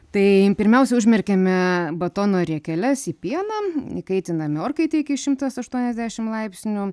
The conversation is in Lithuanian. tai pirmiausia užmerkiame batono riekeles į pieną įkaitiname orkaitę iki šimtas aštuoniasdešim laipsnių